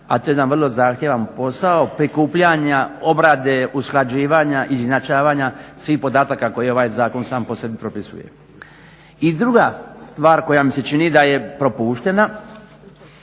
a to je jedan vrlo zahtjevan posao prikupljanja, obrade, usklađivanja i izjednačavanja svih podataka koje ovaj zakon sam po sebi propisuje. I druga stvar koja mi se čini da je propuštena